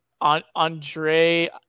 Andre